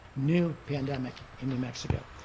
new pandemic in new mexico.